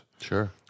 Sure